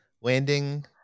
landing